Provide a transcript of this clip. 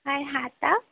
আর হাতা